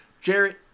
jared